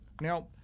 Now